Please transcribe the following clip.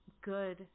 good